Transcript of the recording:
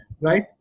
right